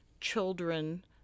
children